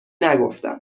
نگفتم